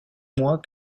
mois